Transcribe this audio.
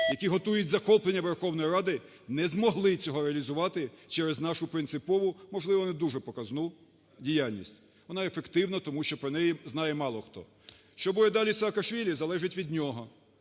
які готують захоплення Верховної Ради, не змогли цього реалізувати через нашу принципову, можливо, не дуже показну діяльність. Вона ефективна, тому що про неї знає мало хто. Що буде далі з Саакашвілі, залежить від нього,